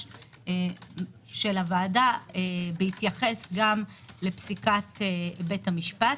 של הוועדה בהתייחס גם לפסיקת בית המשפט.